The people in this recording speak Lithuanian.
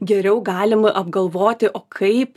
geriau galim apgalvoti o kaip